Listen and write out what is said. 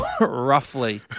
Roughly